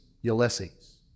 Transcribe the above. Ulysses